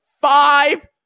five